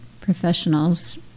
professionals